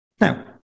Now